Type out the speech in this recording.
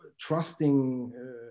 trusting